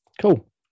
cool